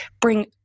bring